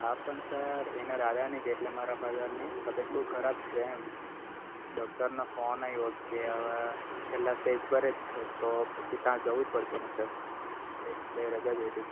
હા પણ સર એના દાદાની છે એટલે મારા ફાધરની તબિયત બહુ ખરાબ છે એમ ડોક્ટરનો ફોન આવ્યો છે કે હવે છેલ્લા સ્ટેજ પર જ છે તો પછી ત્યાં જવું જ પડશે ને સર એટલે રજા જોઈએ છે